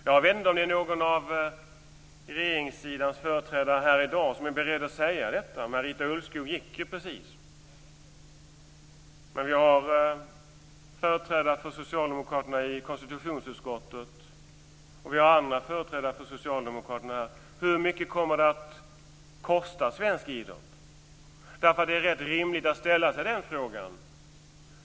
Jag vet inte om det är någon av regeringssidans företrädare här i dag som är beredd att säga detta. Marita Ulvskog gick precis, men vi har företrädare för socialdemokraterna i konstitutionsutskottet och andra företrädare för socialdemokraterna: Hur mycket kommer detta att kosta svensk idrott? Det är rätt rimligt att ställa sig den frågan.